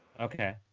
Okay